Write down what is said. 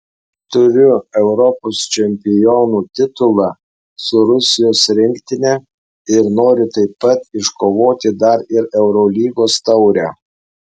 turiu europos čempionų titulą su rusijos rinktine ir noriu taip pat iškovoti dar ir eurolygos taurę